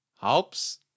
helps